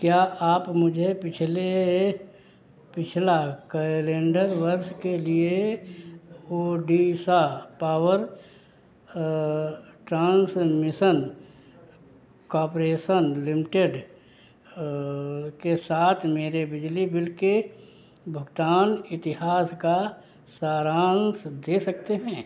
क्या आप मुझे पिछले पिछला कैलेंडर वर्ष के लिए Odisha power transmission corporation limited के साथ मेरे बिजली बिल के भुगतान इतिहास का सारांश दे सकते हैं